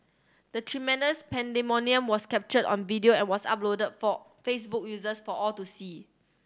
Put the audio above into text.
the tremendous pandemonium was captured on video and was uploaded for Facebook users for all to see